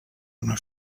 una